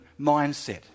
mindset